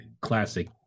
classic